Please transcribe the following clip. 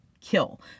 Kill